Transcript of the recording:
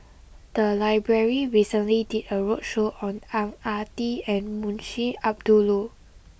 the library recently did a roadshow on Ang Ah Tee and Munshi Abdullah